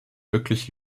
wirklich